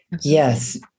yes